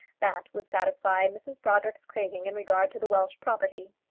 that would satisfy mrs brodrick's craving in regard to the welsh property.